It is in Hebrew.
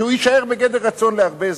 שיישאר בגדר רצון הרבה זמן,